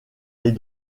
les